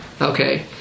okay